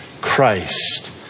Christ